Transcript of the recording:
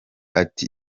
ati